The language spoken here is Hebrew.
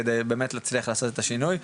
כדי באמת להצליח לעשות את השינוי.